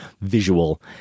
visual